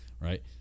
right